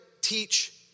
teach